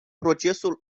procesul